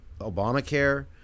Obamacare